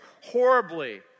horribly